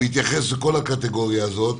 בהתייחס לכל הקטגוריה הזאת,